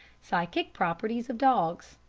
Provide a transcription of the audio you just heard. psychic properties of dogs